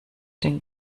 den